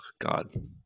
God